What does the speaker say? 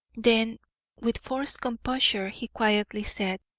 then with forced composure he quietly said